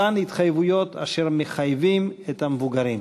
אותן ההתחייבויות, אשר מחייבים את המבוגרים.